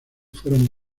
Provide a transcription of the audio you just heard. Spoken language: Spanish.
fueron